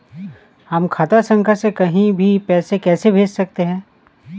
हम खाता संख्या से कहीं भी पैसे कैसे भेज सकते हैं?